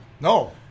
No